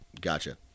Gotcha